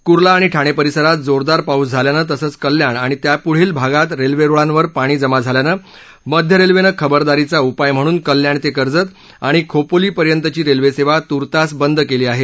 कुर्ला आणि ठाणे परिसरात जोरदार पाऊस झाल्यानं तसंच कल्याण आणि त्यापुढील भागात रेल्वेरुळांवर पाणी जमा झाल्यानं मध्य रेल्वेनं खबरदारीचा उपाय म्हणून कल्याण ते कर्जत आणि खोपोली पर्यंतची रेल्वेसेवा तूर्तास बंद केली आहे